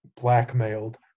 blackmailed